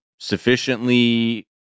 sufficiently